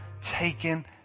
taken